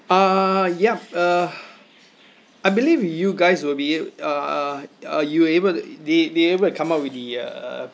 uh yup uh I believe you guys will be ab~ uh uh you able to they they able to come up with the uh